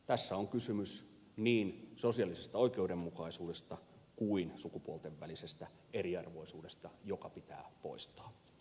tässä on kysymys niin sosiaalisesta oikeudenmukaisuudesta kuin sukupuolten välisestä eriarvoisuudesta joka pitää poistaa